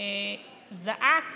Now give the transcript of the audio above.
זעק